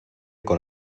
con